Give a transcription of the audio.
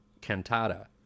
cantata